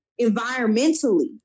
Environmentally